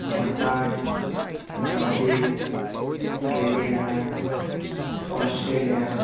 Japan Brazil Canada Australia